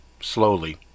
slowly